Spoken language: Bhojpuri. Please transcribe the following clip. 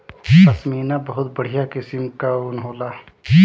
पश्मीना बहुत बढ़िया किसिम कअ ऊन होला